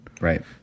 Right